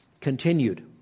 continued